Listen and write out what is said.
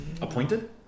Appointed